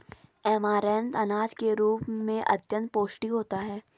amaranth अनाज के रूप में अत्यंत पौष्टिक होता है